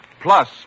plus